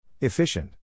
Efficient